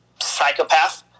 psychopath